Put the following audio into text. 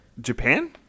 Japan